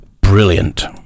Brilliant